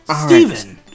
Steven